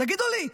תגידו לי,